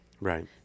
right